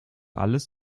alles